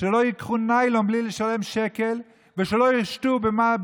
שלא ייקחו ניילון בלי לשלם שקל ושלא ישתו, במה?